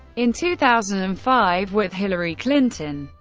in two thousand and five, with hillary clinton,